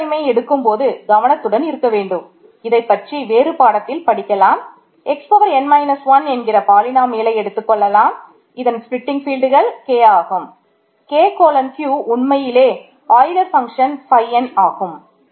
நான் பிரைம் 1 ஆகும்